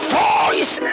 voice